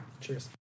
Cheers